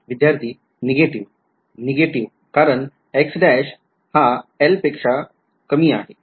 विध्यार्थी negative negative कारण X l तर ती एक line आहे